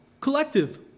collective